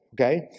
okay